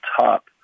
top